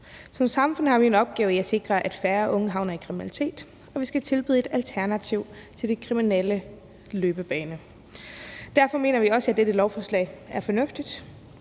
Som samfund har vi en opgave i at sikre, at færre unge havner i kriminalitet, og vi skal tilbyde et alternativ til den kriminelle løbebane. Derfor mener vi også, at dette lovforslag er fornuftigt.